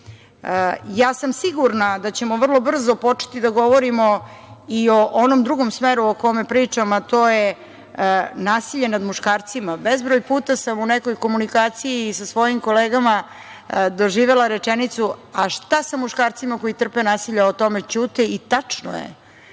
sam da ćemo vrlo brzo početi da govorimo i o onom drugom smeru o kome pričam, a to je nasilje nad muškarcima. Bezbroj puta sam u nekoj komunikaciji sa svojim kolegama doživela rečenicu – a šta sa muškarcima koji trpe nasilje, o tome ćute? Tačno je,